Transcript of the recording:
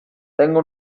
tengo